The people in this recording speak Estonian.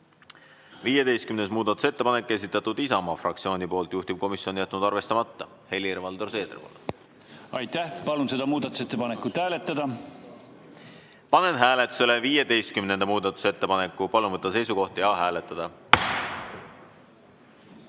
15. muudatusettepanek, esitanud Isamaa fraktsioon, juhtivkomisjon on jätnud arvestamata. Helir-Valdor Seeder, palun! Aitäh! Palun seda muudatusettepanekut hääletada. Panen hääletusele 15. muudatusettepaneku. Palun võtta seisukoht ja hääletada!